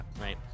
right